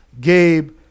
Gabe